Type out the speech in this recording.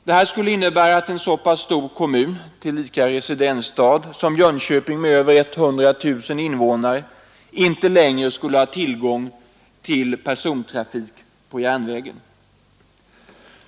Detta skulle innebära att en så pass stor kommun, tillika residensstad, som Jönköping med över 100 000 invånare, inte längre skulle ha tillgång till persontrafik på järnvägen.